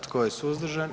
Tko je suzdržan?